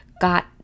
got